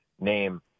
name